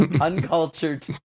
uncultured